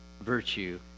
virtue